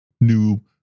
new